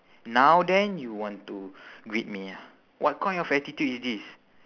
now then you want to greet me ah what kind of attitude is this